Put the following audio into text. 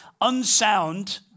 unsound